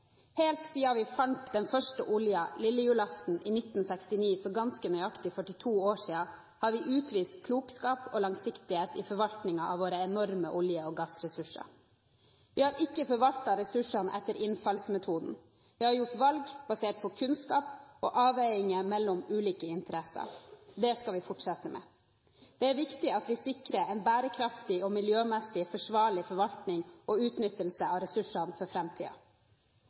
Helt siden vi fant den første oljen lille julaften i 1969, for ganske nøyaktig 42 år siden, har vi utvist klokskap og langsiktighet i forvaltningen av våre enorme olje- og gassressurser. Vi har ikke forvaltet ressursene etter innfallsmetoden. Vi har gjort valg basert på kunnskap og avveiinger mellom ulike interesser. Det skal vi fortsette med. Det er viktig at vi sikrer en bærekraftig og miljømessig forsvarlig forvaltning og utnyttelse av ressursene for